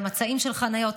למצעים של חניות.